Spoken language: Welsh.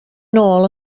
nôl